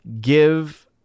give